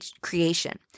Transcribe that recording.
creation